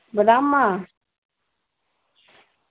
बादाम